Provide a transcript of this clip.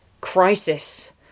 crisis